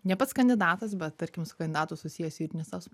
ne pats kandidatas bet tarkim su kandidatu susijęs juridinis as